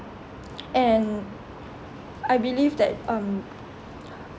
and I believe that um